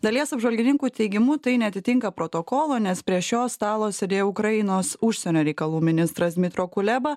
dalies apžvalgininkų teigimu tai neatitinka protokolo nes prie šio stalo sėdėjo ukrainos užsienio reikalų ministras mitro kuleba